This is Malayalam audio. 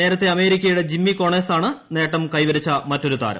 നേരത്തെ അമേരിക്കയുടെ ജിമ്മി കോണേഴ്സ് ആണ് നേട്ടം കൈവരിച്ച മറ്റൊരു താരം